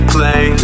Play